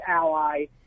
ally